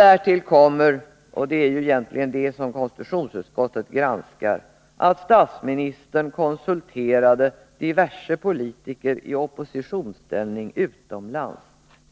Därtill kommer — det är ju egentligen det som konstitutionsutskottet granskar — att statsministern konsulterade diverse politiker i oppositionsställning utomlands